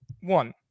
One